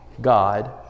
God